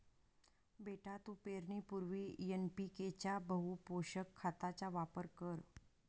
बेटा तू पेरणीपूर्वी एन.पी.के च्या बहुपोषक खताचा वापर कर